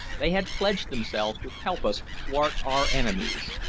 they had pledged themselves to help us thwart our enemies.